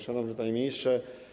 Szanowny Panie Ministrze!